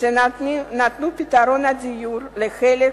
שנתנו פתרון דיור לחלק